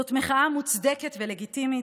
זאת מחאה מוצדקת ולגיטימית,